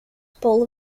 paul